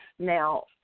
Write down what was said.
Now